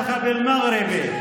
תמשיך, תמשיך, ( שחקני נבחרת מרוקו, )